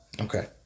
Okay